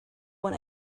when